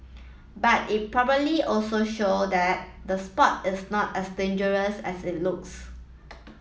but it probably also show that the sport is not as dangerous as it looks